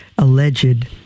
alleged